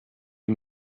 you